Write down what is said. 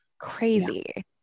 Crazy